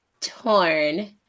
torn